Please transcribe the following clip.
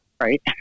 right